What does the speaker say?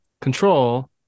control